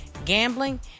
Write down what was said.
gambling